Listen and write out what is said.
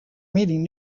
meeting